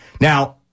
Now